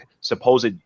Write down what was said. supposed